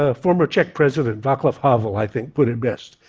ah former czech president, vaclav havel, i think, put it best.